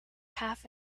half